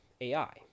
AI